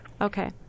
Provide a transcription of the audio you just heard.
Okay